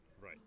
Right